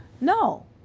No